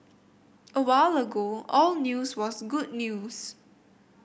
a while ago all news was good news